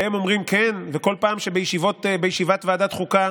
והם אומרים: כן, וכל פעם שבישיבות ועדת חוקה